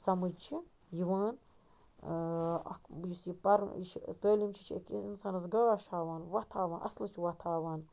سَمٕج چھُ یِوان اَکھ یُس یہِ پَرُن یہِ چھُ تٔعلیٖم چھِ یہِ چھِ أکِس اِنسانس گاش ہَوان وَتھ ہَوان اَصلٕچ وَتھ ہَاوان